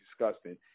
disgusting